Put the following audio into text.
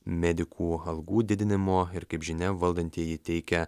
medikų algų didinimo ir kaip žinia valdantieji teikia